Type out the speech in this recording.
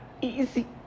easy